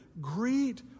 Greet